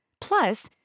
Plus